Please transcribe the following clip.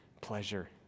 pleasure